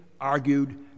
argued